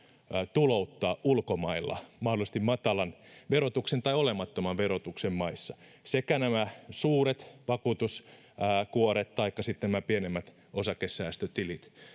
tulouttaa ulkomailla mahdollisesti matalan verotuksen tai olemattoman verotuksen maissa sekä suuret vakuutuskuoret että pienemmät osakesäästötilit